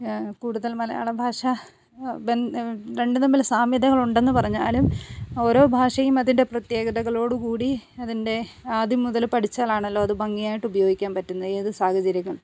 കൂടുതൽ മലയാളഭാഷ രണ്ട് തമ്മിൽ സാമ്യതകളുണ്ടെന്ന് പറഞ്ഞാലും ഓരോ ഭാഷയും അതിൻ്റെ പ്രത്യേകതകളോട് കൂടി അതിൻ്റെ ആദ്യം മുതൽ പഠിച്ചാലാണല്ലോ അത് ഭംഗിയായിട്ട് ഉപയോഗിക്കാൻ പറ്റുന്നത് ഏത് സാഹചര്യങ്ങൾ